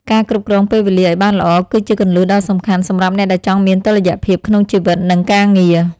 ការគ្រប់គ្រងពេលវេលាឱ្យបានល្អ គឺជាគន្លឹះដ៏សំខាន់សម្រាប់អ្នកដែលចង់មានតុល្យភាពក្នុងជីវិតនិងការងារ។